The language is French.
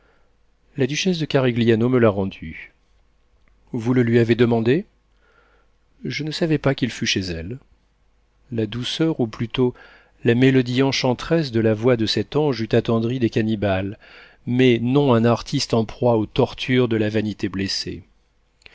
la duchesse de carigliano me l'a rendu vous le lui avez demandé je ne savais pas qu'il fût chez elle la douceur ou plutôt la mélodie enchanteresse de la voix de cet ange eût attendri des cannibales mais non un artiste en proie aux tortures de la vanité blessée